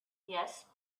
yes